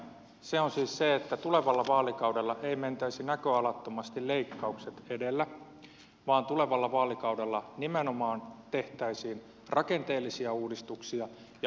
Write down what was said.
se on siis se että tulevalla vaalikaudella ei mentäisi näköalattomasti leikkaukset edellä vaan tulevalla vaalikaudella nimenomaan tehtäisiin rakenteellisia uudistuksia ja uudistettaisiin sisältöä